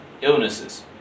illnesses